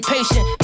Patient